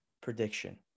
prediction